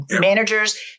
managers